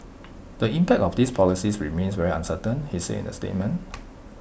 the impact of these policies remains very uncertain he said in the statement